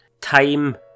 Time